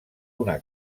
una